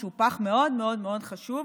שהוא פח מאוד מאוד חשוב,